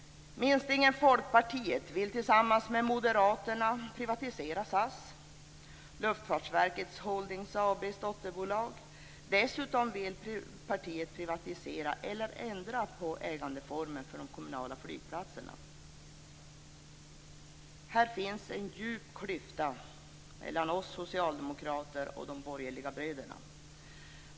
Holding AB:s dotterbolag. Dessutom vill partiet privatisera eller ändra ägandeformen för de kommunala flygplatserna. Här finns en djup klyfta mellan oss socialdemokrater och de borgerliga bröderna.